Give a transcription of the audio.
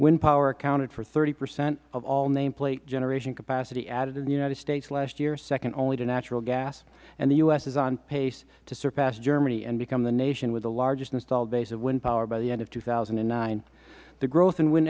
wind power accounted for thirty percent of all nameplate generation capacity added in the united states last year second only to natural gas and the u s is on pace to surpass germany and become the nation with the largest installed base of wind power by the end of two thousand and nine the growth in w